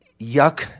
yuck